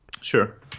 sure